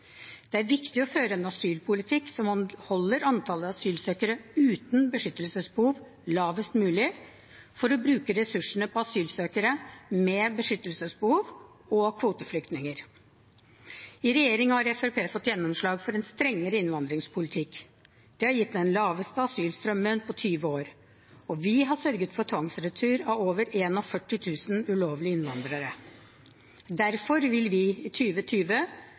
Det er viktig å føre en asylpolitikk som holder antallet asylsøkere uten beskyttelsesbehov lavest mulig, for å bruke ressursene på asylsøkere med beskyttelsesbehov og kvoteflyktninger. I regjering har Fremskrittspartiet fått gjennomslag for en strengere innvandringspolitikk. Det har gitt den laveste asylstrømmen på 20 år. Og vi har sørget for tvangsretur av over 41 000 ulovlige innvandrere. Derfor vil vi i